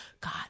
God